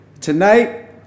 Tonight